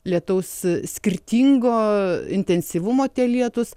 lietaus skirtingo intensyvumo tie lietūs